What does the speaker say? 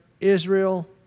Israel